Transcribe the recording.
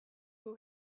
who